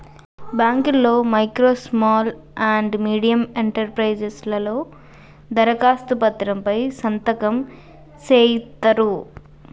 బాంకుల్లో micro small and medium enterprises లలో దరఖాస్తు పత్రం పై సంతకం సేయిత్తరు